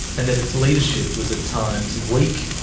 and that its leadership was at times weak,